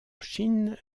chine